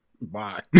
Bye